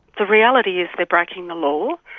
the reality is they're breaking the law.